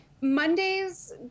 Mondays